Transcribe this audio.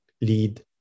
lead